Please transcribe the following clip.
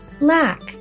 lack